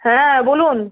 হ্যাঁ বলুন